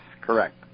correct